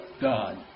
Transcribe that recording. God